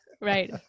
right